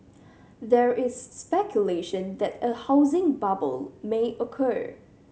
there is speculation that a housing bubble may occur